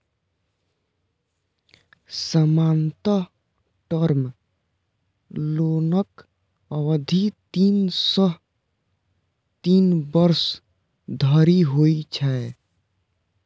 सामान्यतः टर्म लोनक अवधि तीन सं तीन वर्ष धरि होइ छै